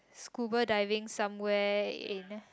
scuba diving somewhere in